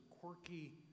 quirky